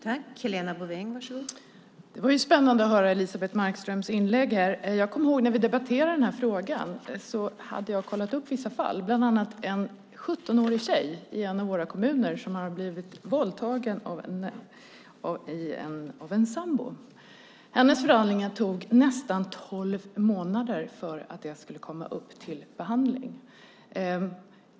Fru talman! Det var spännande att höra Elisebeht Markströms inlägg. Jag kommer ihåg att när vi debatterade den här frågan hade jag kollat upp vissa fall, och det var bland annat en 17-årig tjej i en av våra kommuner som hade blivit våldtagen av sin sambo. Det tog nästan tolv månader innan hennes fall kom upp till behandling.